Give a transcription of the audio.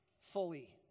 fully